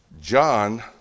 John